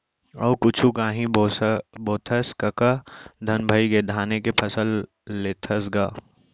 अउ कुछु कांही बोथस कका धन भइगे धाने के फसल लेथस गा?